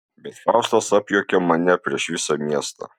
bet faustas apjuokia mane prieš visą miestą